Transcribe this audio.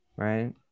Right